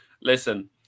listen